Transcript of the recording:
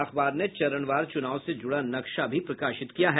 अखबार ने चरणवार चुनाव से जुड़ा नक्शा भी प्रकाशित किया है